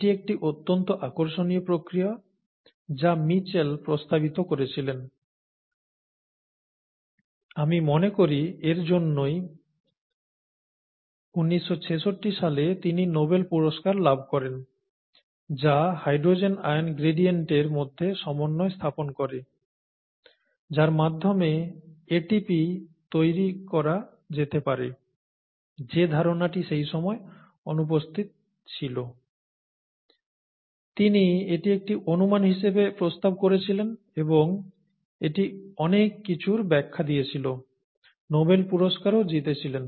এটি একটি অত্যন্ত আকর্ষণীয় প্রক্রিয়া যা মিচেল প্রস্তাবিত করেছিলেন আমি মনেকরি এর জন্যই 1966 সালে তিনি নোবেল পুরস্কার লাভ করেন যা হাইড্রোজেন আয়ন গ্রেডিয়েন্টের মধ্যে সমন্বয় স্থাপন করে যার মাধ্যমে ATP তৈরি করা যেতে পারে যে ধারণাটি সেইসময় অনুপস্থিত ছিল তিনি এটি একটি অনুমান হিসেবে প্রস্তাব করেছিলেন এবং এটি অনেক কিছুর ব্যাখ্যা দিয়েছিল নোবেল পুরস্কারও জিতেছিলেন